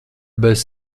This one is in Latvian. bez